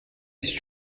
ist